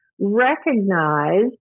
recognize